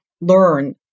learn